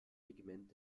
regiment